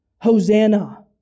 Hosanna